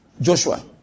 Joshua